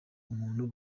umuntu